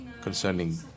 concerning